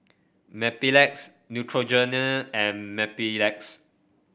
Mepilex Neutrogena and Mepilex